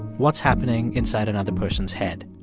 what's happening inside another person's head?